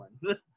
one